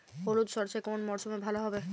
হলুদ সর্ষে কোন মরশুমে ভালো হবে?